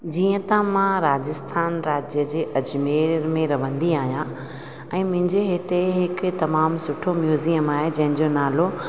जीअं त मां राजस्थान राज्य जे अजमेर में रहंदी आहियां ऐं मुंहिंजे हिते हिकु तमामु सुठो म्यूज़ियम आहे जंहिंजो नालो